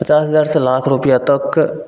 पचास हजारसे लाख रुपैआ तकके